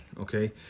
okay